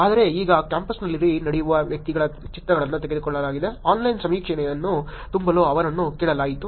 ಆದರೆ ಈಗ ಕ್ಯಾಂಪಸ್ನಲ್ಲಿ ನಡೆಯುವ ವ್ಯಕ್ತಿಗಳ ಚಿತ್ರಗಳನ್ನು ತೆಗೆದುಕೊಳ್ಳಲಾಗಿದೆ ಆನ್ಲೈನ್ ಸಮೀಕ್ಷೆಯನ್ನು ತುಂಬಲು ಅವರನ್ನು ಕೇಳಲಾಯಿತು